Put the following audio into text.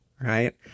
right